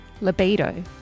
Libido